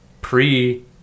pre